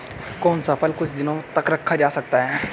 कौन सा फल कुछ दिनों तक रखा जा सकता है?